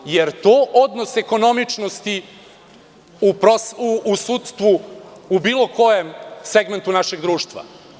Da li je to odnos ekonomičnosti u sudstvu u bilo kojem segmentu našeg društva?